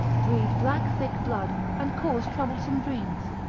breed black thick blood, and cause troublesome dreams.